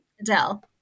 Adele